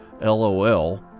LOL